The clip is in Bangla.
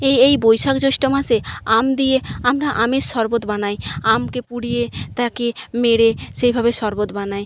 এই এই বৈশাখ জ্যৈষ্ঠ মাসে আম দিয়ে আমরা আমের সরবত বানাই আমকে পুড়িয়ে তাকে মেরে সেইভাবে সরবত বানাই